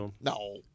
No